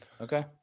okay